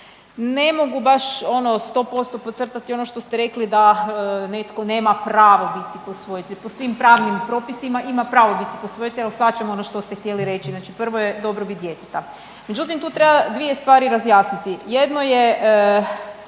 Ne mogu baš ono sto posto podcrtati ono što ste rekli da netko nema pravo biti posvojitelj. Po svim pravnim propisima ima pravo biti posvojitelj. Shvaćam ono što ste htjeli reći znači prvo je dobrobit djeteta. Međutim, tu treba dvije stvari razjasniti. Jedno je